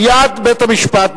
מייד בית-המשפט,